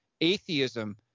Atheism